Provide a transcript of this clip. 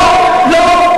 לא, לא.